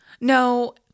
no